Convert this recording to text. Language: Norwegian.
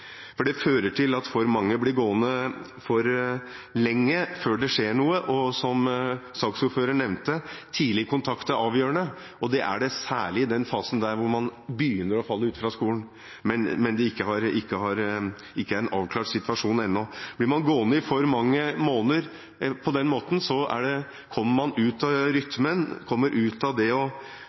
for det fører til at for mange blir gående for lenge før det skjer noe. Som saksordføreren nevnte, er tidlig kontakt avgjørende, særlig i den fasen hvor man begynner å falle ut fra skolen mens situasjonen ennå ikke er avklart. Blir man gående i for mange måneder på den måten, kommer man ut av rytmen og ut av det